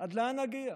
עד לאן נגיע?